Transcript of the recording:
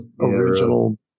original